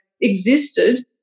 existed